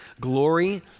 glory